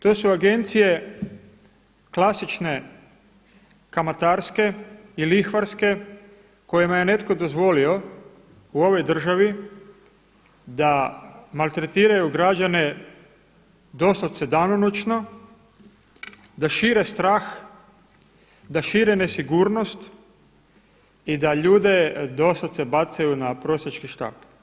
To su agencije klasične kamatarske i lihvarske kojima je netko dozvolio u ovoj državi da maltretiraju građane doslovce danonoćno, da šire strah, da šire nesigurnost i da ljude doslovce bacaju na prosjački štap.